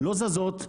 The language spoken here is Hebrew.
לא זזות,